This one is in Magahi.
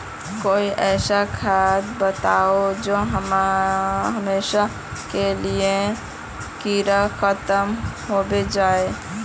कोई ऐसा खाद बताउ जो हमेशा के लिए कीड़ा खतम होबे जाए?